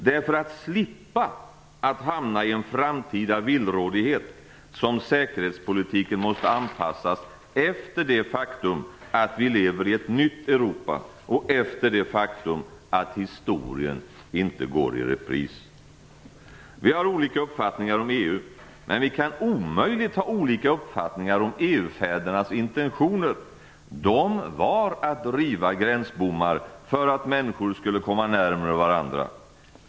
Det är för att vi skall slippa hamna i en framtida villrådighet som säkerhetspolitiken måste anpassas efter det faktum att vi lever i ett nytt Europa och efter det faktum att historien inte går i repris. Vi har olika uppfattningar om EU, men vi kan omöjligt ha olika uppfattningar om EU-fädernas intentioner. De var att riva gränsbommar för att människor skulle komma närmre varandra.